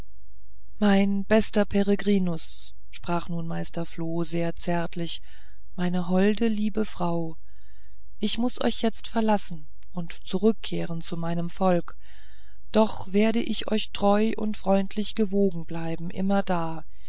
mein bester peregrinus sprach nun meister floh sehr zärtlich meine holde liebe frau ich muß euch jetzt verlassen und zurückkehren zu meinem volk doch werde ich euch treu und freundlich gewogen bleiben immerdar